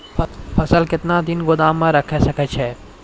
फसल केतना दिन गोदाम मे राखै सकै छौ?